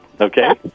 okay